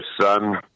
son